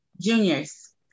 Juniors